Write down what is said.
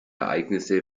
ereignisse